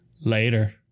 Later